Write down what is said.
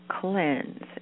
cleanse